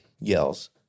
yells